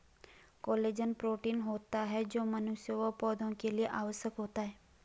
collagen protein होता है जो मनुष्य व पौधा के लिए आवश्यक होता है